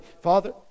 Father